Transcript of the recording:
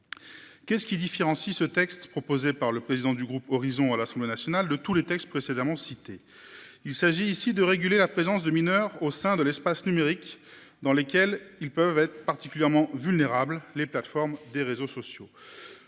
Qu'est-ce qui différencie ce texte proposé par le président du groupe horizons. À l'Assemblée nationale de tous les textes précédemment cité. Il s'agit ici de réguler la présence de mineurs au sein de l'espace numérique dans lesquels ils peuvent être particulièrement vulnérables, les plateformes des réseaux sociaux.